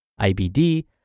IBD